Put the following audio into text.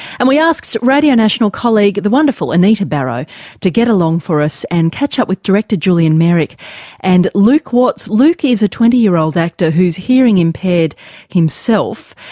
and we asked radio national colleague the wonderful anita barraud to get along for us and catch up with director julian meyrick and luke watts. luke is a twenty year old actor who's hearing-impaired himself,